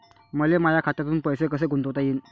मले माया खात्यातून पैसे कसे गुंतवता येईन?